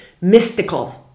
mystical